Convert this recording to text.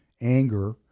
anger